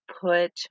put